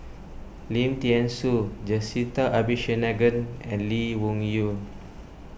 Lim thean Soo Jacintha Abisheganaden and Lee Wung Yew